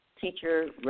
teacher